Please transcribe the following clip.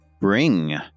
bring